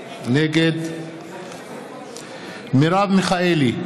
נגד מרב מיכאלי,